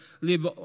live